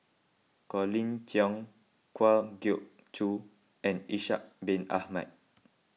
Colin Cheong Kwa Geok Choo and Ishak Bin Ahmad